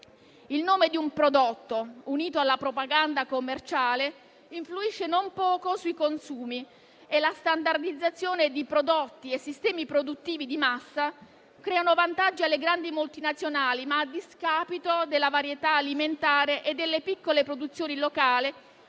Il nome di un prodotto, unito alla propaganda commerciale, influisce non poco sui consumi e la standardizzazione di prodotti e sistemi produttivi di massa creano vantaggi alle grandi multinazionali, a discapito della varietà alimentare, delle piccole produzioni locali